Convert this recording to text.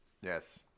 Yes